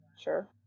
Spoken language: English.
Sure